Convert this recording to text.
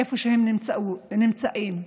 הם נמצאים.